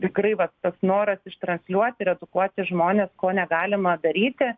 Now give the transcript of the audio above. tikrai vat tas noras ištransliuoti ir edukuoti žmones ko negalima daryti